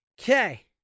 Okay